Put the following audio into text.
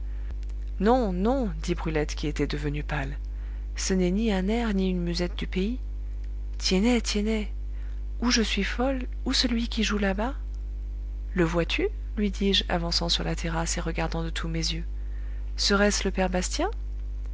non non dit brulette qui était devenue pâle ce n'est ni un air ni une musette du pays tiennet tiennet ou je suis folle ou celui qui joue là-bas le vois-tu lui dis-je avançant sur la terrasse et regardant de tous mes yeux serait-ce le père bastien